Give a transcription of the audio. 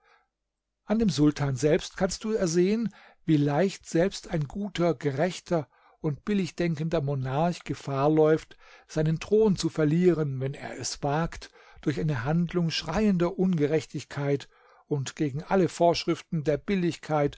an dem sultan selbst kannst du ersehen wie leicht selbst ein guter gerechter und billigdenkender monarch gefahr läuft seinen thron zu verlieren wenn er es wagt durch eine handlung schreiender ungerechtigkeit und gegen alle vorschriften der billigkeit